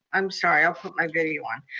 i'm sorry, i'll put my video on.